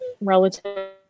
relative